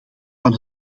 van